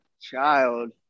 child